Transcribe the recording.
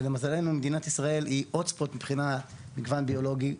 ולמזלנו מדינת ישראל היא Hot Spot מבחינת מגוון ביולוגי.